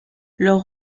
leur